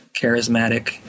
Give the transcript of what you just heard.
charismatic